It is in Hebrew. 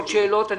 עוד שאלות?